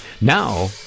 Now